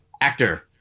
Actor